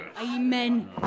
Amen